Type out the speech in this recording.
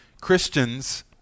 Christians